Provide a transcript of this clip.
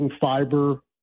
fiber